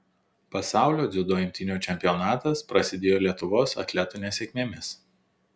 pasaulio dziudo imtynių čempionatas prasidėjo lietuvos atletų nesėkmėmis